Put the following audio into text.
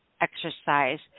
exercise